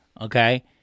okay